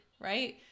right